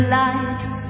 lives